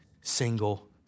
single